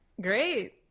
great